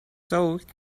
soaked